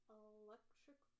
electric